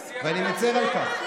איזה שיח, ואני מצר על כך.